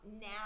now